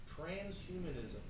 transhumanism